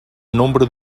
nombre